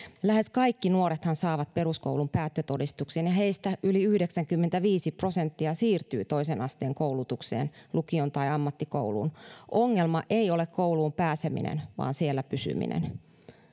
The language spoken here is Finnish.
lähes kaikki nuorethan saavat peruskoulun päättötodistuksen ja heistä yli yhdeksänkymmentäviisi prosenttia siirtyy toisen asteen koulutukseen lukioon tai ammattikouluun ongelma ei ole kouluun pääseminen vaan siellä pysyminen